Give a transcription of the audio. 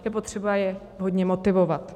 Je potřeba je vhodně motivovat.